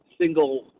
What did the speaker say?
single